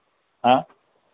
हाँ